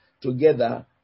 together